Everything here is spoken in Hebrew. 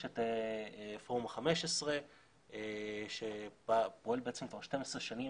יש את פורום ה-15 שפועל בעצם כבר 12 שנים.